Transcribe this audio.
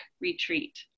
retreat